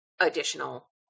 additional